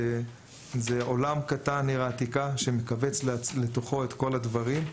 זה עולם קטן שמכווץ לתוכו את כל הדברים.